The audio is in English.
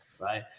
right